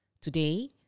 Today